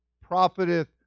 profiteth